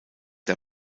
der